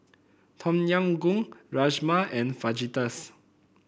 Tom Yam Goong Rajma and Fajitas